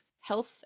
health